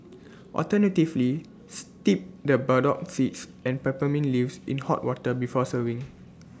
alternatively steep the burdock seeds and peppermint leaves in hot water before serving